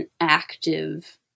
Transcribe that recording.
active